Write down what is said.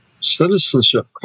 citizenship